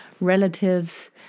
relatives